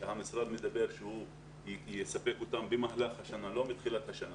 המשרד מדבר על כך שהוא יספק אותם במהלך השנה ולא בתחילת השנה.